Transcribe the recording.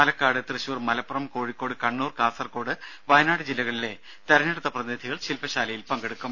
പാലക്കാട് തൃശ്ശൂർ മലപ്പുറം കോഴിക്കോട് കണ്ണൂർ കാസർകോട് വയനാട് ജില്ലകളിലെ തിരഞ്ഞെടുത്ത പ്രതിനിധികൾ ശില്പശാലയിൽ പങ്കെടുക്കും